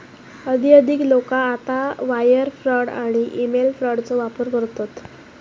अधिकाधिक लोका आता वायर फ्रॉड आणि ईमेल फ्रॉडचो वापर करतत